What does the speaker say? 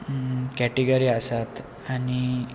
category आसात आनी